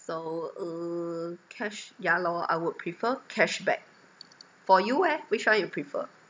so uh cash ya lor I would prefer cashback for you eh which one you prefer